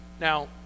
Now